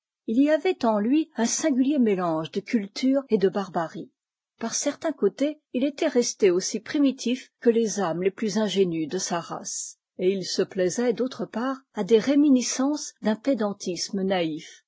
il y avait en lui un singulier mélange de culture et de barbarie par certains côtés il était resté aussi primitif que les âmes les plus ingénues de sa race et il se plaisait d'autre part à des réminiscences d'un